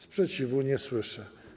Sprzeciwu nie słyszę.